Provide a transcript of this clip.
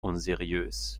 unseriös